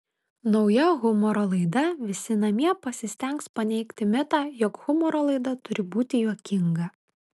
nauja humoro laida visi namie pasistengs paneigti mitą jog humoro laida turi būti juokinga